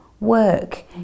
work